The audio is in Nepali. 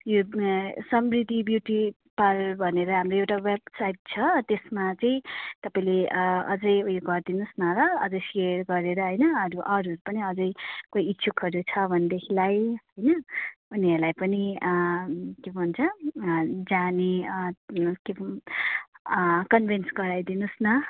यो समृद्धि ब्युटी पार्लर भनेर हाम्रो एउटा वेबसाइट छ त्यसमा चाहिँ तपाईँले अझै उयो गरिदिनु होस् न ल अझै सेयर गरेर होइन अरू अरू पनि अझै इच्छुकहरू छ भनेदेखिलाई होइन उनीहरूलाई पनि के भन्छ जाने के कन्भिन्स गराइदिनु होस् न